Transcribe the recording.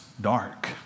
dark